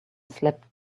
slept